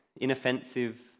inoffensive